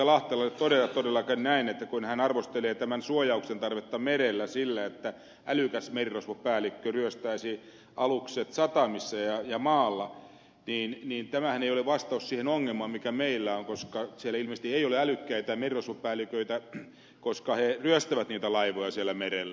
lahtelalle todeta todellakin näin että kun hän arvostelee tämän suojauksen tarvetta merellä sillä että älykäs merirosvopäällikkö ryöstäisi alukset satamissa ja maalla niin tämähän ei ole vastaus siihen ongelmaan mikä meillä on koska siellä ilmeisesti ei ole älykkäitä merirosvopäälliköitä koska he ryöstävät niitä laivoja siellä merellä